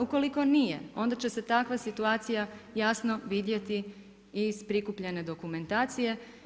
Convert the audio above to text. Ukoliko nije, onda će se takva situacija jasno vidjeti i iz prikupljene dokumentacije.